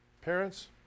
Parents